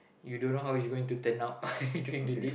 you don't know how he's going to turn out during the date